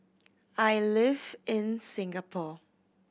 I live in Singapore